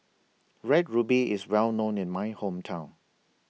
Red Ruby IS Well known in My Hometown